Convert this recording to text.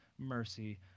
mercy